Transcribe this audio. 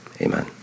Amen